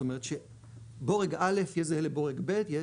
זאת אומרת שבורג א' יהיה זהה לבורג ב' יהיה